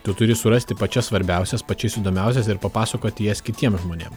tu turi surasti pačias svarbiausias pačias įdomiausias ir papasakoti jas kitiem žmonėm